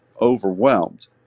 overwhelmed